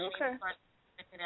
Okay